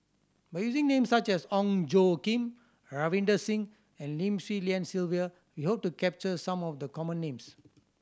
by using names such as Ong Tjoe Kim Ravinder Singh and Lim Swee Lian Sylvia we hope to capture some of the common names